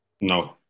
No